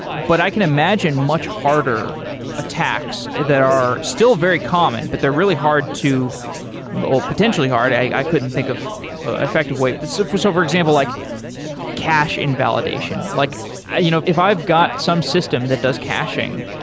but i can imagine much harder attacks that are still very common, but they're really hard to potentially hard. i couldn't think of an effective way. but so for so for example, like cache invalidation. like you know if if i've got some system that does caching,